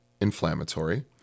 inflammatory